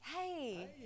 Hey